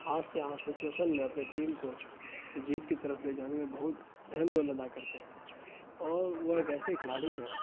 hard سے hard situation میں اپنے ٹیم کو جیت کی طرف لے جانے میں بہت اہم رول ادا کرتے ہیں اور وہ ایک ایسے کھلاڑی ہیں